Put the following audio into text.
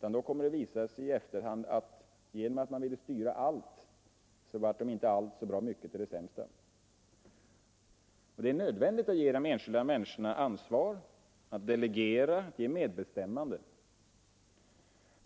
Då kommer det att visa sig i efterhand att genom att man ville styra allt blev, om inte allt, så dock bra mycket, till det sämre. Det är nödvändigt att ge de enskilda människorna ansvar, delegera uppgifter och införa medbestämmande.